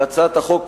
להצעת החוק,